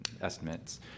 estimates